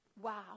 Wow